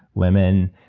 lemon.